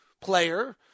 player